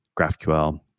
GraphQL